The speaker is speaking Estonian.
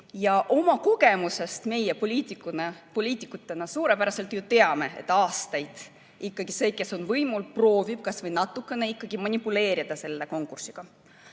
Oma kogemusest meie poliitikutena ju suurepäraselt aastaid teame, et see, kes on võimul, proovib kas või natukene ikkagi manipuleerida selle konkursiga.